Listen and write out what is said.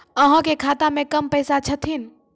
अहाँ के खाता मे कम पैसा छथिन?